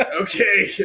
Okay